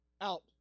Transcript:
out